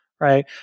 right